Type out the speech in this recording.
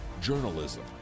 journalism